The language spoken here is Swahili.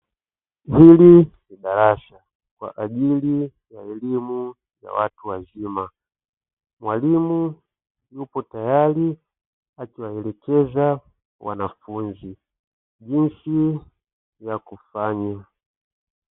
Hili ni darasa kwa ajili ya elimu ya watu wazima, mwalimu yupo tayari akiwaelekeza wanafunzi jinsi ya kufanya.